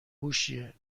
هوشیه